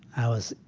i was,